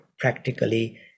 practically